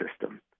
system